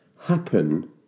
happen